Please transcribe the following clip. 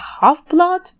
half-blood